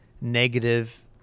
negative